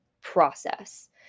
process